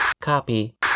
Copy